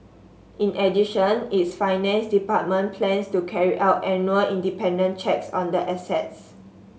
in addition its finance department plans to carry out annual independent checks on the assets